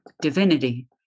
Divinity